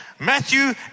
Matthew